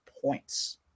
points